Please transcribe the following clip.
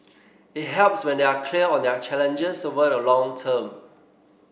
it helps when they are clear on their challenges over the long term